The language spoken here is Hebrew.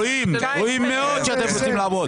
רואים מאוד שאתם רוצים לעבוד.